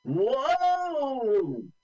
Whoa